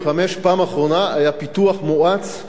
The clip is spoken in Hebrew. הפעם האחרונה שהיה פיתוח מואץ של אזור